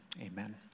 amen